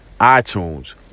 itunes